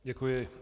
Děkuji.